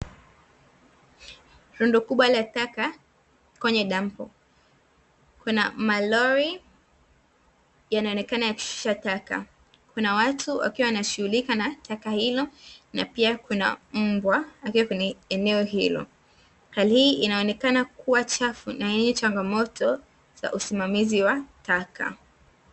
Rundo kubwa la taka kwenye dampo kuna malori yanaonekana yakishusha taka, kuna watu wakiwa wanashughulika na taka hilo na pia kuna mbwa akiwa kwenye eneo hilo. Hali hii inaonekana kuwa chafu na yenye changamoto za usimamizi wa taka.